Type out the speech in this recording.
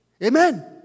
Amen